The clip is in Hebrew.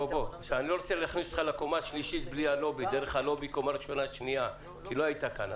בלי הלובי דרך קומה ראשונה ושנייה כי לא היית כאן.